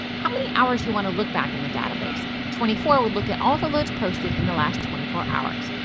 how many hours you want to look back in the database. twenty four would look at all the loads posted in the last twenty four hours.